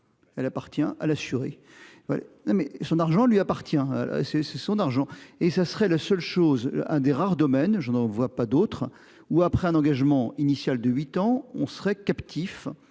Elle appartient à l'assuré. Ouais mais son argent lui appartient. C'est c'est son argent, et ce serait le seul chose un des rares domaines je n'en vois pas d'autres ou après un engagement initial de 8 ans on serait captifs